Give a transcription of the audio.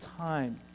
time